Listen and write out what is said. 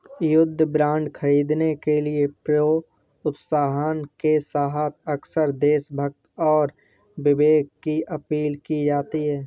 युद्ध बांड खरीदने के प्रोत्साहन के साथ अक्सर देशभक्ति और विवेक की अपील की जाती है